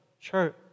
church